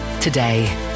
today